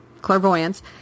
clairvoyance